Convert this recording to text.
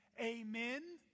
Amen